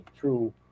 true